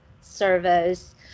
service